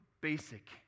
basic